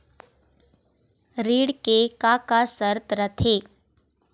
ऋण के का का शर्त रथे?